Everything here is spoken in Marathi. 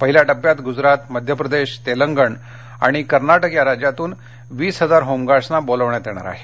पहिल्या टप्प्यात गुजरात मध्यप्रदेश तेलंगण आणि कर्नाटक या राज्यांतून वीस हजार होमगार्डस्ना बोलाविण्यात येणार आहे